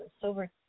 silver